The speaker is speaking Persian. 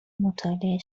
مطالعه